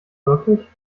wirklich